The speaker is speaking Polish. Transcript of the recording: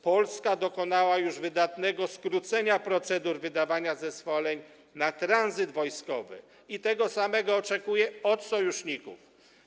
Polska dokonała już wydatnego skrócenia procedur wydawania zezwoleń na tranzyt wojskowy i tego samego oczekuje od sojuszników.